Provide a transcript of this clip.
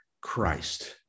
Christ